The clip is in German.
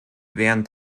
während